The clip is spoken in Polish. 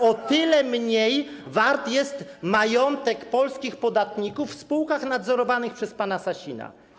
O tyle mniej wart jest majątek polskich podatników w spółkach nadzorowanych przez pana Sasina.